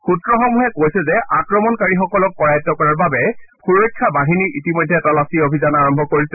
সুত্ৰসমূহে কৈছে যে আক্ৰমণকাৰীসকলক কৰায়ক্ত কৰাৰ বাবে সুৰক্ষা বাহিনী ইতিমধ্যে তালাচী আৰম্ভ কৰিছে